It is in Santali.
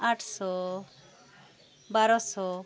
ᱟᱴᱥᱳ ᱵᱟᱨᱳᱥᱳ